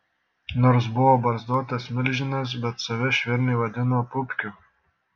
nors buvo barzdotas milžinas bet save švelniai vadino pupkiu